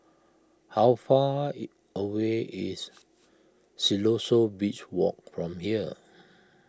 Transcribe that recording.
how far away is Siloso Beach Walk from here